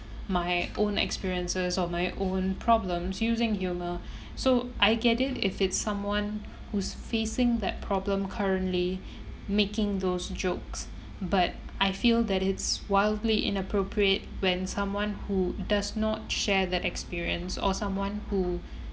my own experiences of my own problems using humour so I get it if it's someone who's facing that problem currently making those jokes but I feel that it's wildly inappropriate when someone who does not share that experience or someone who